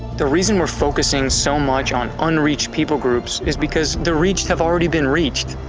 the reason we're focusing so much on unreached people groups is because the reached have already been reached.